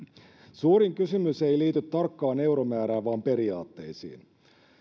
suurin kysymys ei liity tarkkaan euromäärään vaan periaatteisiin